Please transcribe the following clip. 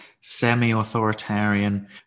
semi-authoritarian